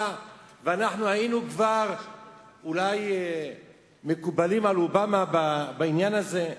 ואנחנו היינו כבר אולי מקובלים על אובמה בעניין הזה.